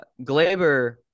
Glaber